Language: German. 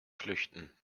flüchten